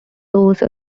those